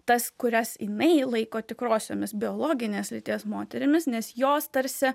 tas kurias jinai laiko tikrosiomis biologinės lyties moterimis nes jos tarsi